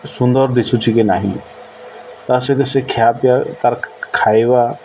ସୁନ୍ଦର ଦିଶୁଛି କି ନାହିଁ ତା ସହିତ ସେ ଖିଆ ପିଆ ତାର ଖାଇବା